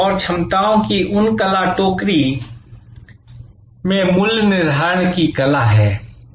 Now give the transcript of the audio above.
और क्षमताओं की उन कला टोकरी में मूल्य निर्धारण की कला हैं